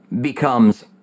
becomes